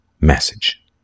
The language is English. message